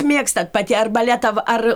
mėgstat pati ar baletą ar